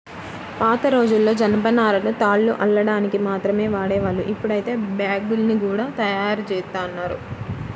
పాతరోజుల్లో జనపనారను తాళ్లు అల్లడానికి మాత్రమే వాడేవాళ్ళు, ఇప్పుడైతే బ్యాగ్గుల్ని గూడా తయ్యారుజేత్తన్నారు